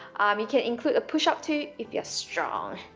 you can include a push up too if you're strong,